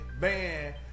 Man